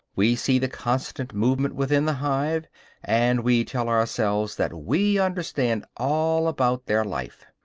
we see the constant movement within the hive and we tell ourselves that we understand all about their life.